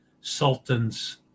Sultan's